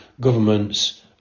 governments